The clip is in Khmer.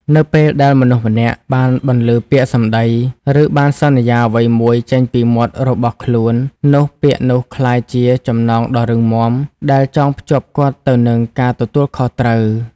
នៅពេលដែលមនុស្សម្នាក់បានបន្លឺពាក្យសម្ដី ឬបានសន្យាអ្វីមួយចេញពីមាត់របស់ខ្លួន នោះពាក្យនោះក្លាយជា ចំណងដ៏រឹងមាំ ដែលចងភ្ជាប់គាត់ទៅនឹងការទទួលខុសត្រូវ។